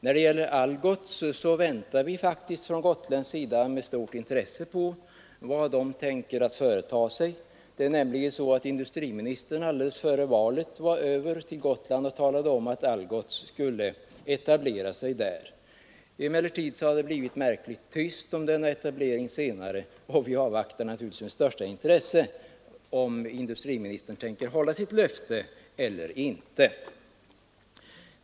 När det gäller Algots väntar vi faktiskt från gotländsk sida med stort intresse på vad man tänker företa sig. Det är nämligen så att industriministern alldeles före valet var över på Gotland och talade om, att Algots skulle etablera sig där. Emellertid har det blivit märkligt tyst om denna etablering senare, och vi avvaktar naturligtvis med största intresse om industriministern tänker hålla sitt löfte eller inte.